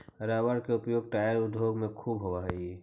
rubber के उपयोग tyre उद्योग में ख़ूब होवऽ हई